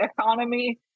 economy